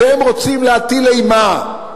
אתם רוצים להטיל אימה,